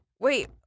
Wait